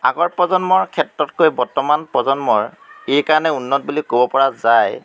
আগৰ প্ৰজন্মৰ ক্ষেত্ৰতকৈ বৰ্তমান প্ৰজন্মৰ এইকাৰণে উন্নত বুলি ক'ব পৰা যায়